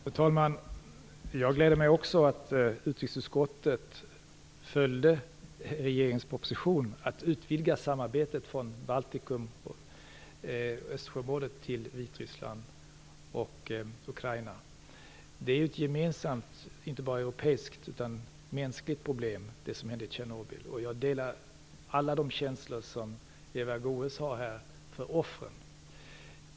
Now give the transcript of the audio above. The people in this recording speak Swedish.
Fru talman! Jag gläder mig också åt att utrikesutskottet följde regeringens proposition att utvidga samarbetet från Östersjöområdet till att omfatta Vitryssland och Ukraina. Det som hände i Tjernobyl är ett gemensamt, inte bara europeiskt utan mänskligt, problem. Jag delar alla de känslor som Eva Goës har för offren.